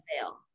fail